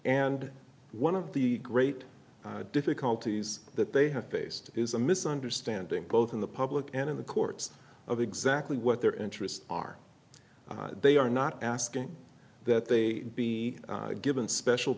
and one of the great difficulties that they have faced is a misunderstanding both in the public and in the courts of exactly what their interests are they are not asking that they be given special